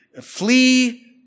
flee